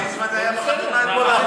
הרב ליצמן היה בחתונה אתמול.